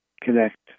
connect